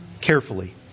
carefully